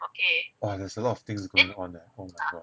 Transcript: !wah! there's a lot of things going on eh oh my god